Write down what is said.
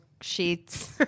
sheets